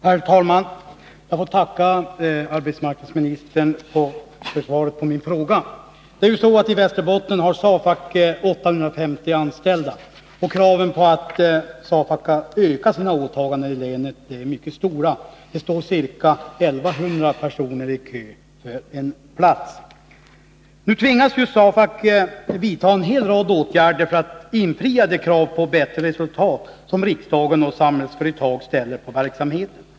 Herr talman! Jag får tacka arbetsmarknadsministern för svaret på min fråga. I Västerbotten har SAFAC 850 anställda, och kraven på att SAFAC skall öka sina åtaganden i länet är mycket stora. Det står ca 1 100 personer i kö för en plats. Nu tvingas SAFAC vidta en rad åtgärder för att infria de krav på bättre resultat som riksdagen och Samhällsföretag ställer på verksamheten.